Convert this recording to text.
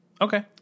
okay